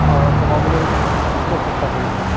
কমাবলৈ নিশ্চয় চেষ্টা কৰিব